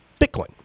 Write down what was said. Bitcoin